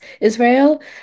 Israel